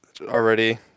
already